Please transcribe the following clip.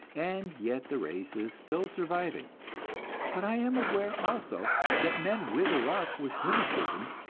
and yet the race is still surviving but i am aware also that men wither up with rheumatism,